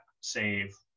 save